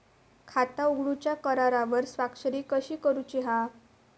खाता उघडूच्या करारावर स्वाक्षरी कशी करूची हा?